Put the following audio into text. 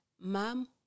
mom